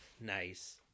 Nice